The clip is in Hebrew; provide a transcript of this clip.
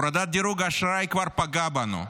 הורדת דירוג האשראי כבר פגעה בנו,